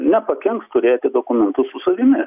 nepakenks turėti dokumentus su savimi